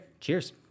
Cheers